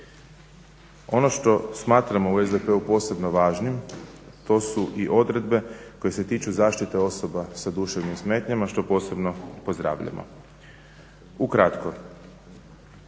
Ono što smatramo u SDP-u posebno važnim to su i odredbe koje se tiču zaštite osoba sa duševnim smetnjama što posebno pozdravljamo. Ukratko.